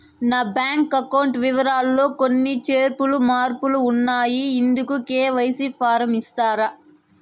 నా bank account వివరాలు లో కొన్ని చేర్పులు మార్పులు ఉన్నాయి, ఇందుకు కె.వై.సి ఫారం ఇస్తారా?